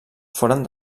foren